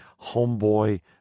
Homeboy